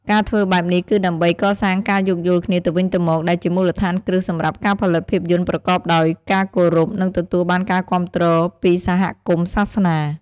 ការធ្វើបែបនេះគឺដើម្បី កសាងការយោគយល់គ្នាទៅវិញទៅមក ដែលជាមូលដ្ឋានគ្រឹះសម្រាប់ការផលិតភាពយន្តប្រកបដោយការគោរព និងទទួលបានការគាំទ្រពីសហគមន៍សាសនា។